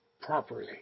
properly